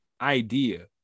idea